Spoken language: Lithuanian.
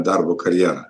darbo karjerą